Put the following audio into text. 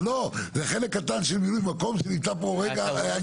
זה חלק קטן של מילוי מקום שנמצא פה רגע --- אתה רואה את ההתנגדות.